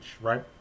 right